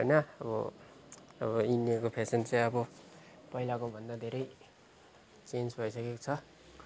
अब होइन अब इन्डियाको फेसन चाहिँ पहिलाकोभन्दा धेरै चेन्ज भइसकेको छ